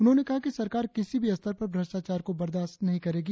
उन्होंने कहा कि सरकार किसी भी स्तर पर भ्रष्टाचार को बर्दाश्त नही करेगी